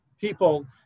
people